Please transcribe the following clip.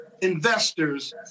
investors